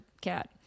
cat